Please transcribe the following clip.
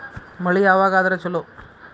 ಮಳಿ ಯಾವಾಗ ಆದರೆ ಛಲೋ?